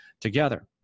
together